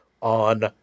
on